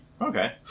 Okay